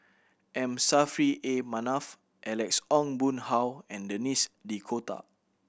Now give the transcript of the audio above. M Saffri A Manaf Alex Ong Boon Hau and Denis D'Cotta